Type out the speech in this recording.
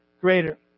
greater